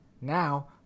Now